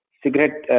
cigarette